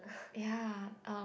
ya um